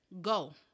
go